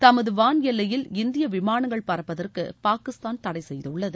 தமது வான் எல்லையில் இந்திய விமானங்கள் பறப்பதற்கு பாகிஸ்தான் தடை செய்துள்ளது